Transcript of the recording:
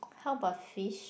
how about fish